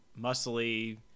muscly